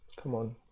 come on,